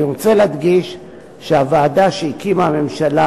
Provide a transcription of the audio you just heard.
אני רוצה להדגיש שהוועדה שהקימה הממשלה